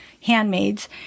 handmaids